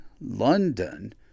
London